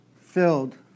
filled